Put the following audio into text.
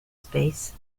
space